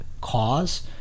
cause